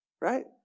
right